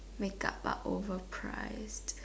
make up are overpriced